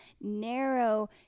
narrow